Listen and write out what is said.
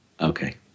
Okay